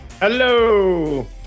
Hello